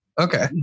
Okay